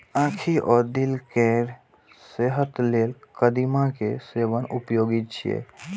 आंखि आ दिल केर सेहत लेल कदीमा के सेवन उपयोगी छै